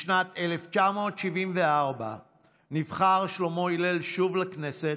בשנת 1974 נבחר שלמה הלל שוב לכנסת,